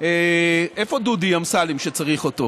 איפה דודי אמסלם כשצריך אותו?